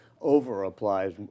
over-applies